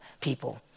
people